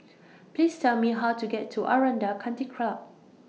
Please Tell Me How to get to Aranda Country Club